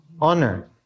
honor